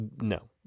no